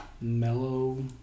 mellow